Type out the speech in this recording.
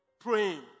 praying